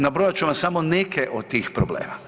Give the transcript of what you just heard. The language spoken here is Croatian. Nabrojat ću vam samo neke od tih problema.